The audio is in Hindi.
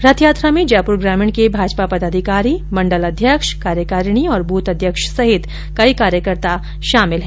रथ यात्रा में जयप्र ग्रामीण के भाजपा पदाधिकारी मण्डल अध्यक्ष कार्यकारिणी और बूथ अध्यक्ष सहित कई कार्यकर्ता उनके शामिल है